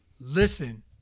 listen